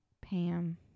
Pam